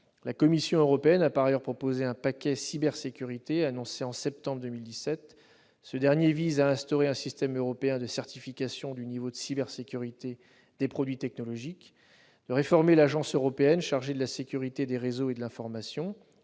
La Commission européenne a par ailleurs proposé en septembre 2017 un paquet cybersécurité, qui vise à instaurer un système européen de certification du niveau de cybersécurité des produits technologiques, à réformer l'Agence européenne chargée de la sécurité des réseaux et de l'information,